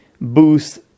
boost